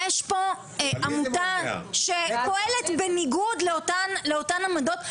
יש פה עמותה שפועלת בניגוד לאותן עמדות.